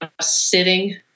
sitting